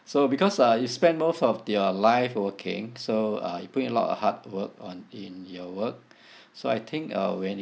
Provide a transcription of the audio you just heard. so because uh you spend most of your life working so uh you put in a lot of hard work on in your work so I think uh when you